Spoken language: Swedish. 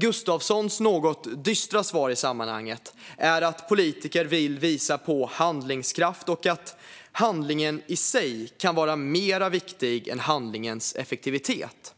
Gustafssons något dystra svar i sammanhanget är att politiker vill visa handlingskraft och att handlingen i sig kan vara mer viktig än handlingens effektivitet.